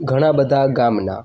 ઘણા બધા ગામના